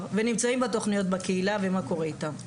ונמצאים בתכניות בקהילה ומה קורה איתם.